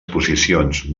exposicions